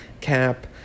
cap